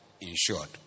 insured